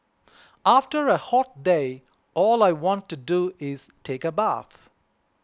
after a hot day all I want to do is take a bath